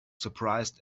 surprised